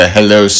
Hello